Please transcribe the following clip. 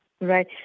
right